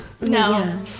no